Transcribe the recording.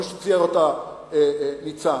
כמו שצייר אותה ניצן,